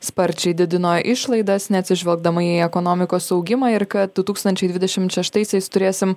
sparčiai didino išlaidas neatsižvelgdama į ekonomikos augimą ir kad du tūkstančiai dvidešimt šeštaisiais turėsim